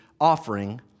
offering